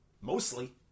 mostly